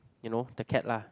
you know the cat lah